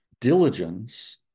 Diligence